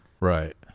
right